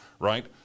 Right